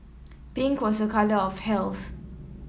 pink was a colour of health